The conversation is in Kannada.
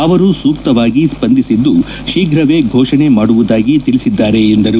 ಅವರು ಸೂಕ್ತವಾಗಿ ಸ್ವಂದಿಸಿದ್ದು ಶೀಪ್ರವೇ ಘೋಷಣೆ ಮಾಡುವುದಾಗಿ ತಿಳಿಸಿದ್ದಾರೆ ಎಂದರು